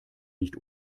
nicht